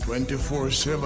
24-7